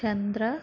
చంద్ర